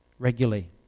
Regularly